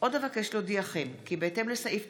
עאידה תומא סלימאן,